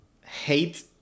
hate